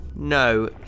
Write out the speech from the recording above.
No